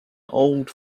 old